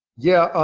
yeah,